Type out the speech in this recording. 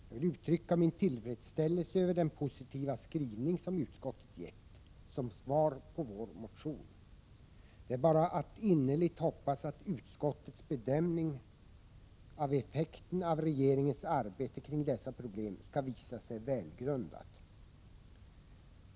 Jag vill uttrycka min tillfredsställelse över den positiva skrivning som utskottet har gett som svar på vår motion. Det är bara att innerligt hoppas att utskottets bedömning av effekten av regeringens arbete kring dessa problem skall visa sig välgrundad.